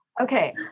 Okay